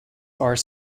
are